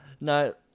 no